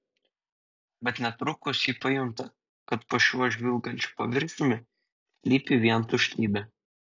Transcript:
bet netrukus ji pajunta kad po šiuo žvilgančiu paviršiumi slypi vien tuštybė